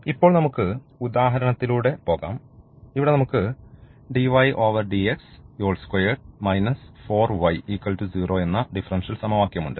ഇപ്പോൾ നമുക്ക് ഉദാഹരണത്തിലൂടെ പോകാം ഇവിടെ നമുക്ക് എന്ന ഡിഫറൻഷ്യൽ സമവാക്യം ഉണ്ട്